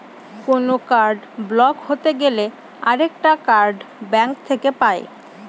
কোনো card block হতে গেলে আরেকটা কার্ড ব্যাঙ্ক থেকে পাই